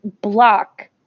block